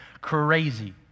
crazy